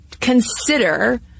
consider